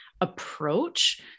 approach